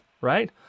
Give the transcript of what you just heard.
right